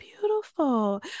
beautiful